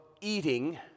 eating